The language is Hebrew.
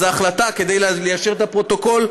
אז כדי ליישר את הפרוטוקול,